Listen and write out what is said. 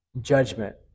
judgment